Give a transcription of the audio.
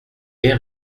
est